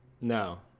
No